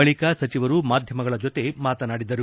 ಬಳಿಕ ಸಚಿವರು ಮಾಧ್ಯಮಗಳ ಜೊತೆ ಮಾತನಾಡಿದರು